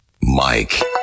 Mike